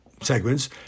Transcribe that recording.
segments